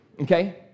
okay